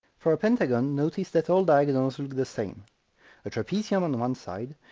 for a pentagon, notice that all diagonals look the same a trapezium on one side,